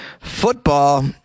Football